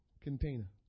container